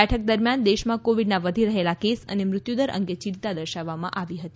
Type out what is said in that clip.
બેઠક દરમિયાન દેશમાં કોવિડના વધી રહેલા કેસ અને મૃત્યુદર અંગે ચિંતા દર્શાવવામાં આવી હતી